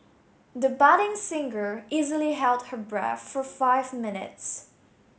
the budding singer easily held her breath for five minutes